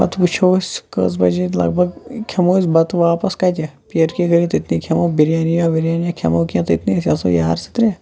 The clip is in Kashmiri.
پَتہٕ وٕچھو أسۍ کٔژ بجے لگ بگ کھیٚمو أسۍ بَتہٕ واپَس کَتہِ پیٖر کی گلی تتنی کھیٚمو بریانِیہ وِریانِیہ کھیٚمو کینٛہہ تتنی أسۍ آسو یار زٕ ترےٚ